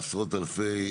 עשרות אלפי,